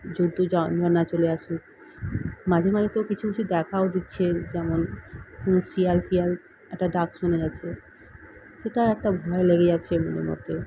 জন্তু জানোয়ার না চলে আসে মাঝে মাঝে তো কিছু কিছু দেখাও দিচ্ছে যেমন কোনো শিয়াল ফিয়াল একটা ডাক শোনা যাচ্ছে সেটার একটা ভয় লেগেই আছে মনের মধ্যে